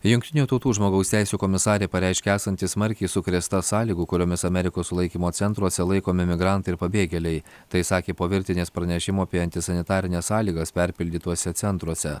jungtinių tautų žmogaus teisių komisarė pareiškė esanti smarkiai sukrėsta sąlygų kuriomis amerikos sulaikymo centruose laikomi migrantai ir pabėgėliai tai sakė po virtinės pranešimų apie antisanitarines sąlygas perpildytuose centruose